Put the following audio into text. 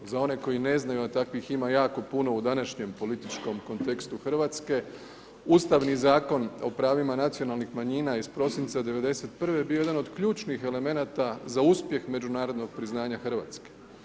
Za one koji ne znaju a takvih ima jako puno u današnjem političkom kontekstu Hrvatske, Ustavni zakon o pravima nacionalnih manjina iz prosinca '91. bio je jedan od ključnih elemenata za uspjeh međunarodnog priznanja Hrvatske.